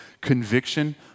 conviction